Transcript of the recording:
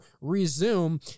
resume